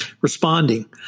responding